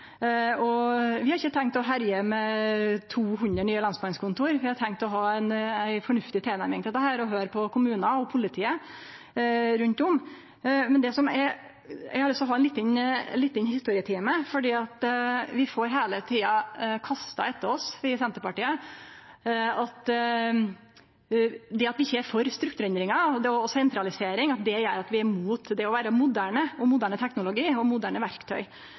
Vi har ikkje tenkt å herje med 200 nye lensmannskontor. Vi har tenkt å ha ei fornuftig tilnærming til dette og høyre på kommunar og politiet rundt om. Eg har lyst til å ha ein liten historietime, for vi i Senterpartiet får heile tida kasta etter oss at det at vi ikkje er for strukturendringar og sentralisering, gjer at vi er imot det å vere moderne og mot moderne teknologi og moderne